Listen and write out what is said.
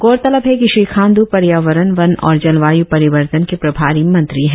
गौरतलब है कि श्री खाण्ड्र पर्यावरन वन और जलवाय् परिवर्तन के प्रभारी मंत्री है